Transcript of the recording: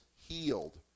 healed